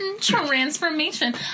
transformation